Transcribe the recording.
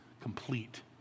complete